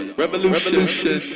revolution